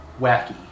wacky